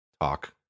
talk